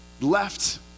left